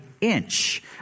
inch